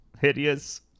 Hideous